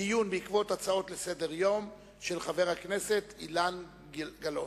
דיון בעקבות הצעה לסדר-יום של חבר הכנסת אילן גילאון.